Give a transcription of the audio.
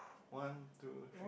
one two three